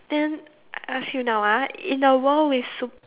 then I ask you now ah in a world with sup~